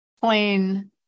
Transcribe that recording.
plain